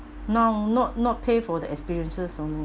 now not not pay for the experiences only